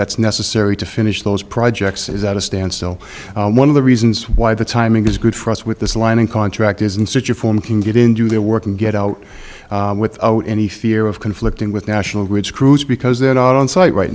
that's necessary to finish those projects is at a standstill one of the reasons why the timing is good for us with this line and contract is in such a form can get in do their work and get out without any fear of conflicting with national grid screws because they're not on site right